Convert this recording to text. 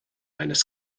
eines